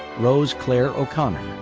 rose claire o'connor.